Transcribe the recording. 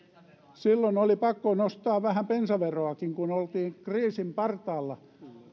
silloin oli pakko nostaa vähän bensaveroakin kun oltiin kriisin partaalla